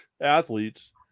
athletes